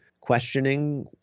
questioning